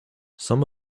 some